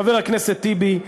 חבר הכנסת טיבי,